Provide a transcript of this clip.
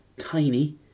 tiny